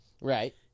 right